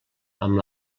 amb